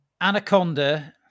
Anaconda